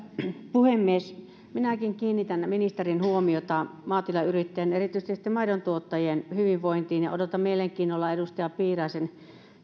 puhemies minäkin kiinnitän ministerin huomiota maatilayrittäjiin ja erityisesti maidontuottajien hyvinvointiin odotan mielenkiinnolla vastausta edustaja piiraisen